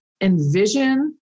envision